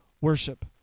worship